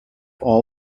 all